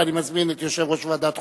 ואני מזמין את יושב-ראש ועדת החוקה,